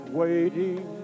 waiting